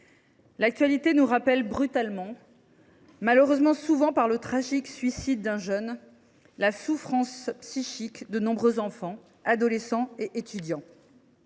L’actualité nous rappelle brutalement, souvent, hélas ! à la suite du tragique suicide d’un jeune, la souffrance psychique de nombreux enfants, adolescents et étudiants.